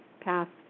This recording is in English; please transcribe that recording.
passed